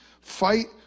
fight